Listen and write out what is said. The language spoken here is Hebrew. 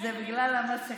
זה בגלל המסכה,